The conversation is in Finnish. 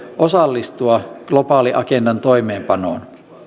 osallistua globaaliagendan toimeenpanoon